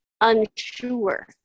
unsure